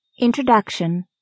Introduction